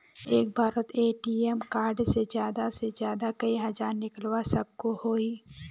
एक बारोत ATM card से ज्यादा से ज्यादा कई हजार निकलवा सकोहो ही?